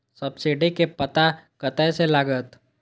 Subsidy के पता कतय से लागत?